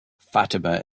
fatima